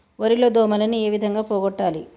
వరి లో దోమలని ఏ విధంగా పోగొట్టాలి?